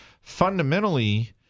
fundamentally